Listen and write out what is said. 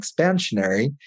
expansionary